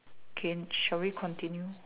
can shall we continue